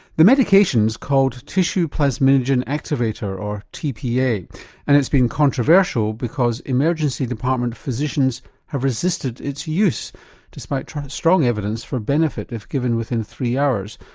the medication's called tissue plasminogen activator or tpa and it's been controversial because emergency department physicians have resisted its use despite strong evidence for benefit if given within three hours.